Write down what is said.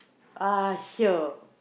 ah shiok